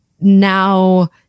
now